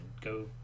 go